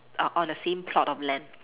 uh on a same plot of land